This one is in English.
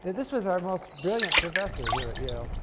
this was our most brilliant professor here at yale,